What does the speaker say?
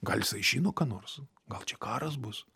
gal jisai žino ką nors gal čia karas bus